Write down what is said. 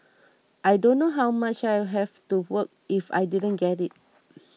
I don't know how much I would have to work if I didn't get it